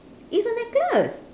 it's a necklace